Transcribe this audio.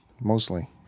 mostly